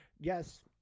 Yes